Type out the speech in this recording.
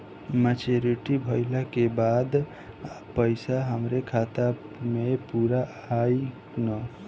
Maturity भईला के बाद पईसा हमरे खाता म पूरा आई न?